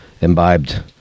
imbibed